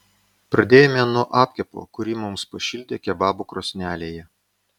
pradėjome nuo apkepo kurį mums pašildė kebabų krosnelėje